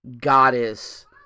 goddess